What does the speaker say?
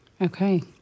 Okay